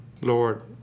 Lord